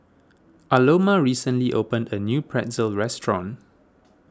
Aloma recently opened a new Pretzel restaurant